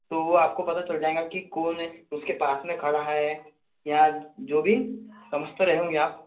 तो वो आपको पता चल जाएगा की कौन उसके पास में खड़ा हैं या जो भी समझ तो रहे होंगे आप